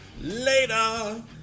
Later